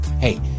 Hey